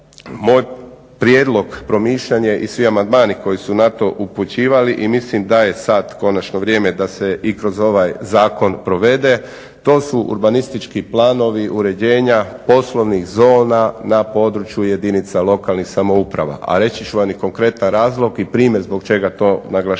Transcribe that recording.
Moj prijedlog, promišljanje i svi amandmani koji su na to upućivali i mislim da je sad konačno vrijeme da se i kroz ovaj zakon provede to su urbanistički planovi uređenja poslovnih zona na području jedinica lokalnih samouprava, a reći ću vam i konkretan razlog i primjer zbog čega to naglašavam.